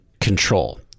control